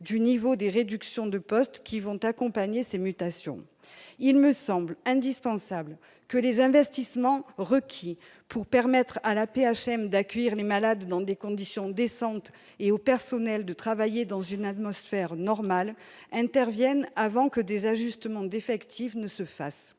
du niveau des réductions de postes qui vont accompagner ces mutations ? Il me semble indispensable que les investissements requis pour permettre à l'AP-HM d'accueillir les malades dans des conditions décentes et aux personnels de travailler dans une atmosphère normale interviennent avant que des ajustements d'effectifs ne se fassent.